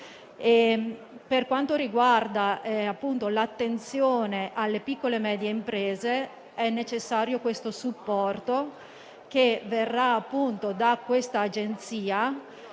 Per quanto riguarda l'attenzione alle piccole e medie imprese, è necessario un supporto, che verrà da tale Agenzia,